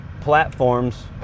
platforms